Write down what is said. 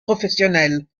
professionnelle